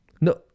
No